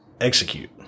execute